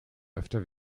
öfter